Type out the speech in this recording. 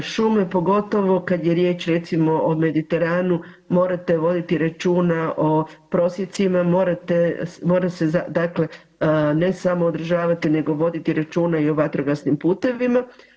Šume pogotovo kada je riječ recimo o mediteranu morate voditi računa o prosjecima morate, mora se, dakle ne samo održavati nego voditi računa i o vatrogasnim putevima.